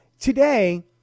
Today